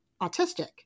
autistic